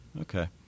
Okay